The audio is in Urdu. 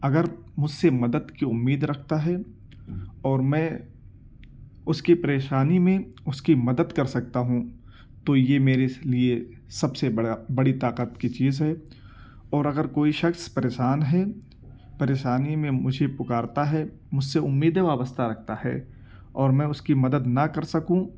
اگر مجھ سے مدد کی امید رکھتا ہے اور میں اس کی پریشانی میں اس کی مدد کر سکتا ہوں تو یہ میرے لیے سب سے بڑا بڑی طاقت کی چیز ہے اور اگر کوئی شخص پریشان ہے پریشانی میں مجھے پکارتا ہے مجھ سے امیدیں وابستہ رکھتا ہے اور میں اس کی مدد نہ کر سکوں